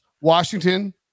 Washington